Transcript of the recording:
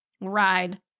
ride